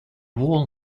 wall